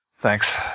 Thanks